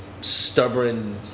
stubborn